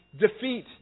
defeat